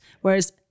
Whereas